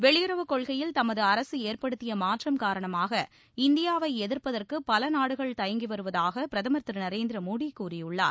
வெளியுறவு கொள்கையில் தமது அரசு ஏற்படுத்திய மாற்றம் காரணமாக இந்தியாவை எதிர்ப்பதற்கு பல நாடுகள் தயங்கி வருவதாக திரு நரேந்திர மோடி கூறியுள்ளார்